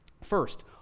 First